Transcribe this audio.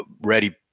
ready